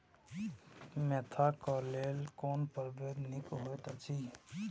Mentha क लेल कोन परभेद निक होयत अछि?